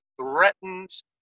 threatens